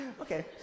Okay